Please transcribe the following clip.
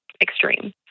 extreme